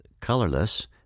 colorless